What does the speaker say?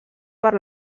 per